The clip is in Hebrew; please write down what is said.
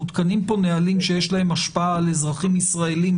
מותקנים פה נהלים שיש להם השפעה על אזרחים ישראלים,